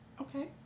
Okay